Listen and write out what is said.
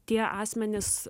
tie asmenys